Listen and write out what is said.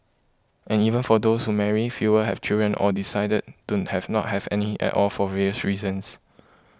and even for those who marry fewer have children or decided don't have not have any at all for various reasons